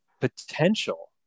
potential